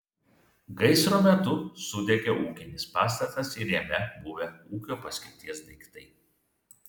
gaisro metu sudegė ūkinis pastatas ir jame buvę ūkio paskirties daiktai